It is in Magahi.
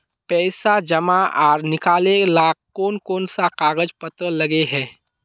पैसा जमा आर निकाले ला कोन कोन सा कागज पत्र लगे है?